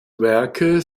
werke